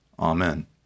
Amen